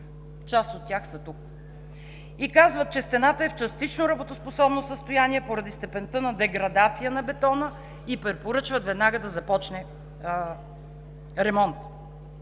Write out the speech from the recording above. Част от тях са тук. И казват, че стената е в частично работоспособно състояние поради степента на деградация на бетона, и препоръчват веднага да започне ремонт.